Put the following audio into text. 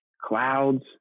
clouds